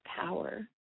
power